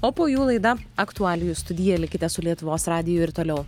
o po jų laida aktualijų studija likite su lietuvos radiju ir toliau